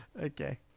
Okay